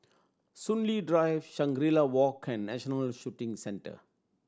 Soon Lee Drive Shangri La Walk and National Shooting Centre